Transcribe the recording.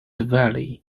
valley